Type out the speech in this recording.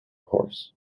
horse